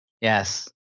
Yes